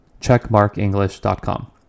checkmarkenglish.com